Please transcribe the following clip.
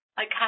Okay